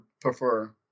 prefer